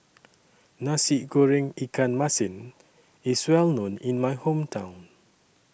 Nasi Goreng Ikan Masin IS Well known in My Hometown